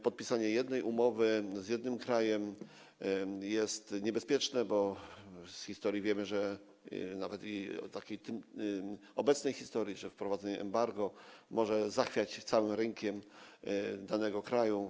Podpisanie jednej umowy z jednym krajem jest niebezpieczne, bo z historii wiemy, nawet z obecnej historii, że wprowadzenie embargo może zachwiać całym rynkiem danego kraju.